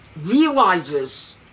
realizes